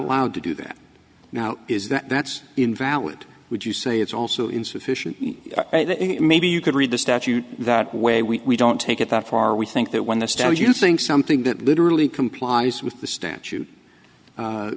allowed to do that now is that that's invalid would you say it's also insufficient maybe you could read the statute that way we don't take it that far we think that when this do you think something that literally complies with the statute